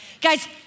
Guys